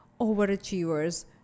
overachievers